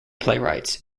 playwrights